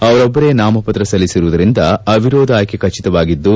ಅವರೊಬ್ಬರೇ ನಾಮಪತ್ರ ಸಲ್ಲಿಸಿರುವುದರಿಂದ ಅವಿರೋಧ ಆಯ್ನೆ ಖಚಿತವಾಗಿದ್ದು